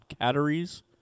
Catteries